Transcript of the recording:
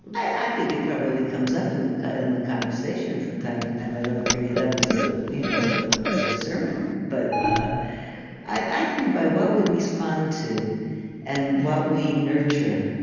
i think it probably comes up in the in the conversation from time to time. i don't bring it up as ah you know as ah a sermon. but ah i think by what we respond to and what we nurture,